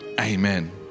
amen